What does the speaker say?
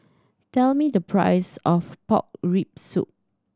tell me the price of pork rib soup